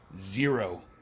zero